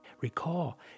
Recall